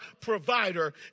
provider